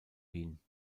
wien